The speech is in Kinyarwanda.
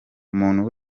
umuntu